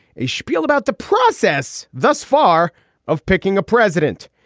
a spiel about the process thus far of picking a president.